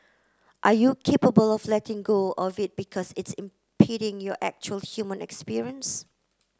are you capable of letting go of it because it's impeding your actual human experience